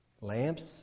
Lamps